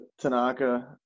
Tanaka